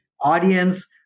audience